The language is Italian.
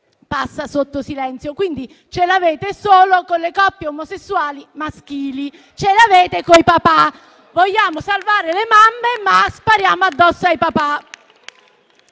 passa sotto silenzio. Quindi ce l'avete solo con le coppie omosessuali maschili; ce l'avete coi papà. Vogliamo salvare le mamme, ma spariamo addosso ai papà.